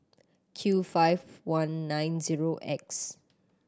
Q five I nine zero X